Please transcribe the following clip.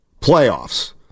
playoffs